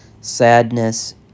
sadness